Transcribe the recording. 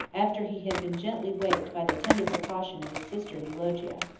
after he had been gently waked by the tender precaution of his sister eulogia.